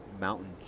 mountain